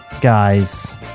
guys